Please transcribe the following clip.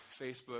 Facebook